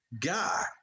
guy